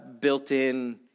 built-in